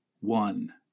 one